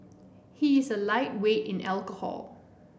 he is a lightweight in alcohol